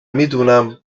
میدونم